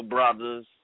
Brothers